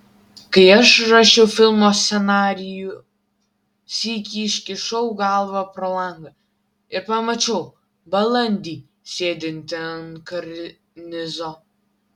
kai aš rašiau filmo scenarijų sykį iškišau galvą pro langą ir pamačiau balandį sėdintį ant karnizo